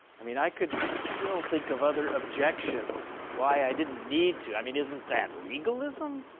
i mean i could still think of other objections why i didn't need to. i mean isn't that legalism,